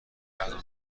ارزان